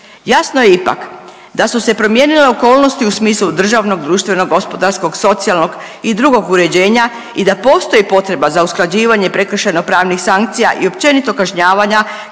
Jasno je ipak da su se promijenile okolnosti u smislu državnog, društvenog, gospodarskog, socijalnog i drugog uređenja i da postoji potreba za usklađivanje prekršajno-pravnih sankcija i općenito kažnjavanja